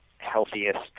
healthiest